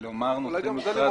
זאת לא הוצאה נוספת.